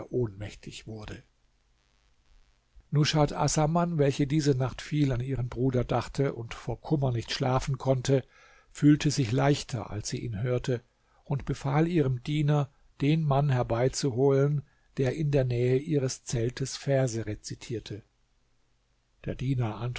ohnmächtig wurde nushat assaman welche diese nacht viel an ihren bruder dachte und vor kummer nicht schlafen konnte fühlte sich leichter als sie ihn hörte und befahl ihrem diener den mann herbeizuholen der in der nähe ihres zeltes verse rezitierte der diener